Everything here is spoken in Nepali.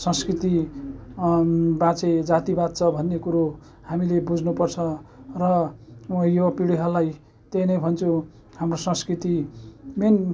संस्कृति बाँचे जाति बाँच्छ भन्ने कुरो हामीले बुझ्नुपर्छ र मो युवापिँढीहरूलाई त्यही नै भन्छु हाम्रो संस्कृति मेन